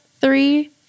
three